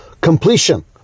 completion